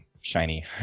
shiny